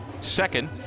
second